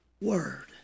Word